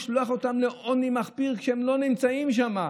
לשלוח אותן לעוני מחפיר כשהן לא נמצאות שם?